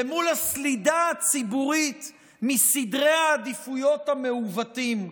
למול הסלידה הציבורית מסדרי העדיפויות המעוותים,